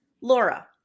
Laura